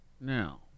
Now